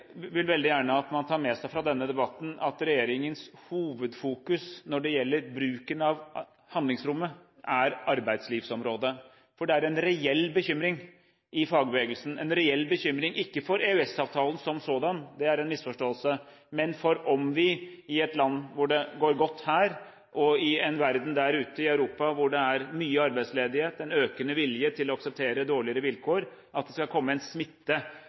veldig gjerne vil at man tar med seg fra denne debatten at regjeringens hovedfokus når det gjelder bruken av handlingsrommet, er arbeidslivsområdet, for det er en reell bekymring i fagbevegelsen, en reell bekymring, ikke for EØS-avtalen som sådan – det er en misforståelse – men for at det skal komme en smitte inn i det norske arbeidslivet, i et land hvor det går godt, mens det er en verden der ute i Europa hvor det er mye arbeidsledighet, en økende vilje til å akseptere dårligere vilkår.